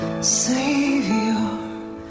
Savior